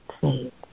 faith